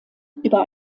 über